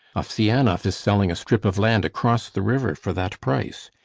ofsianoff is selling a strip of land across the river for that price.